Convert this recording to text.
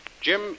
Jim